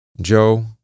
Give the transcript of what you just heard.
Joe